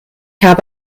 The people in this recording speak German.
habe